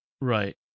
Right